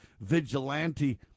vigilante